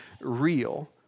Real